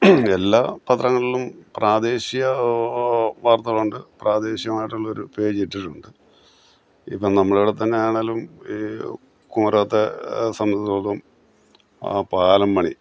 എല്ലാ പത്രങ്ങളിലും പ്രാദേശിക വാർത്തകളുണ്ട് പ്രാദേശികമായിട്ടുള്ള ഒരു പേജ് ഇട്ടിട്ടുണ്ട് ഇനി ഇപ്പോൾ നമ്മളെ അടുത്തു തന്നെയാണെങ്കിലും ഈ കുമരകത്തെ സംബന്ധിച്ചടുത്തോളം ആ പാലം പണി